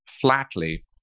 flatly